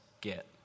get